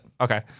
Okay